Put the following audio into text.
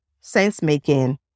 sense-making